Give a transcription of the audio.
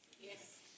Yes